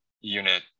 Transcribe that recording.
unit